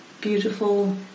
beautiful